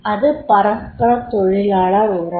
அது பரஸ்பர தொழிலளர் உறவு